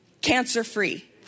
Cancer-free